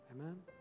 Amen